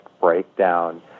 breakdown